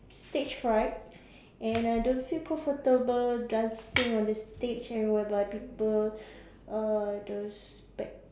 stage fright and I don't feel comfortable dancing on the stage and whereby people uh the spec~